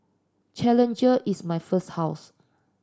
challenger is my first house